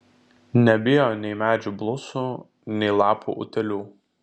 nebijo nei medžių blusų nei lapų utėlių